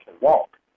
walk